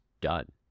done